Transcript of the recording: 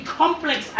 complex